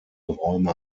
räume